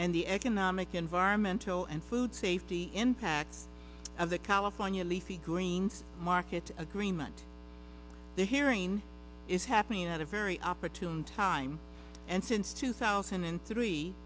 and the economic environmental and food safety impact of the california leafy green market agreement they're hearing is happening at a very opportune time and since two thousand and three